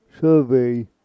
Survey